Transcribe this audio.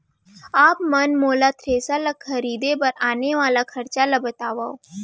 आप मन मोला थ्रेसर ल खरीदे बर आने वाला खरचा ल बतावव?